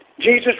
Jesus